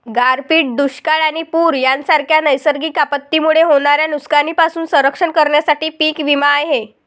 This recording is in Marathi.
गारपीट, दुष्काळ आणि पूर यांसारख्या नैसर्गिक आपत्तींमुळे होणाऱ्या नुकसानीपासून संरक्षण करण्यासाठी पीक विमा आहे